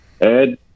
Ed